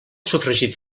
sofregit